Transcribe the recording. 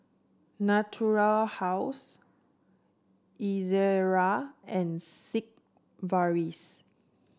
Natura House Ezerra and Sigvaris